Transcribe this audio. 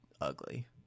ugly